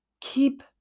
Keep